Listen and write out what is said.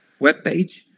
webpage